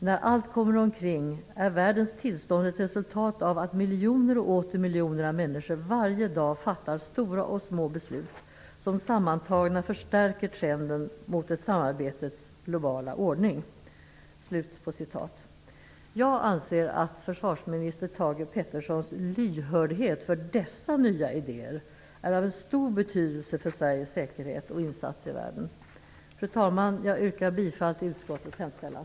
- När allt kommer omkring är världens tillstånd ett resultat av att miljoner och åter miljoner av människor varje dag fattar stora och små beslut som sammantagna förstärker trenden mot en samarbetets globala ordning." Jag anser att försvarsminister Thage G Petersons lyhördhet för dessa nya idéer är av stor betydelse för Fru talman! Jag yrkar bifall till utskottets hemställan.